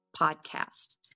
podcast